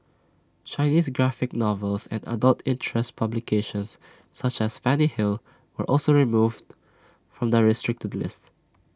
Chinese graphic novels and adult interest publications such as Fanny hill were also removed from the restricted list